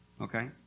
Okay